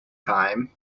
time